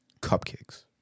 cupcakes